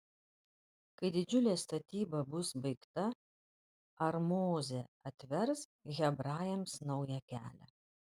kai didžiulė statyba bus baigta ar mozė atvers hebrajams naują kelią